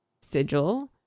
sigil